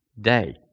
day